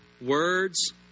Words